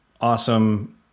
awesome